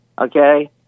Okay